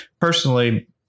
personally